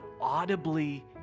audibly